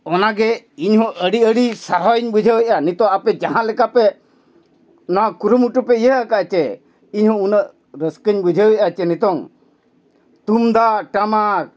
ᱚᱱᱟᱜᱮ ᱤᱧᱦᱚᱸ ᱟᱹᱰᱤᱼᱟᱹᱰᱤ ᱥᱟᱦᱟᱣ ᱤᱧ ᱵᱩᱡᱷᱟᱹᱣ ᱮᱫᱼᱟ ᱱᱤᱛᱳᱜ ᱟᱯᱮ ᱡᱟᱦᱟᱸ ᱞᱮᱠᱟ ᱯᱮ ᱱᱚᱣᱟ ᱠᱩᱨᱩᱢᱩᱴᱩ ᱯᱮ ᱤᱭᱟᱹ ᱟᱠᱟᱫ ᱪᱮ ᱤᱧᱦᱚᱸ ᱩᱱᱟᱹᱜ ᱨᱟᱹᱥᱠᱟᱹᱧ ᱵᱩᱡᱷᱟᱹᱣ ᱮᱫᱼᱟ ᱪᱮ ᱱᱤᱛᱚᱝ ᱛᱩᱢᱫᱟᱜ ᱴᱟᱢᱟᱠ